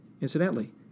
Incidentally